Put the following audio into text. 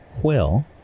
quill